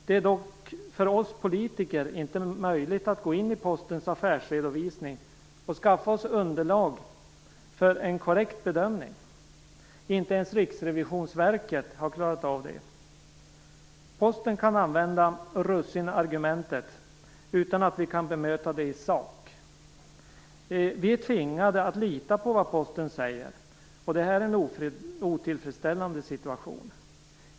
Det är dock inte möjligt för oss politiker att gå in i Postens affärsredovisning och skaffa oss underlag för en korrekt bedömning. Inte ens Riksrevisionsverket klarade av detta. Posten kan använda russinargumentet utan att vi kan bemöta det i sak. Vi är tvingade att lita på vad Posten säger, och detta är en otillfredsställande situation.